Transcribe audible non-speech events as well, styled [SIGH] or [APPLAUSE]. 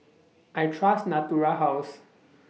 [NOISE] I Trust Natura House